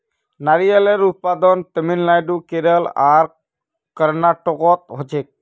नारियलेर उत्पादन तामिलनाडू केरल आर कर्नाटकोत होछे